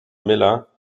miller